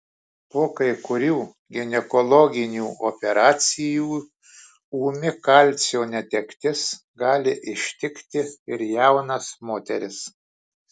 po kai kurių ginekologinių operacijų ūmi kalcio netektis gali ištikti ir jaunas moteris